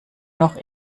noch